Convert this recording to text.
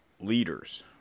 leaders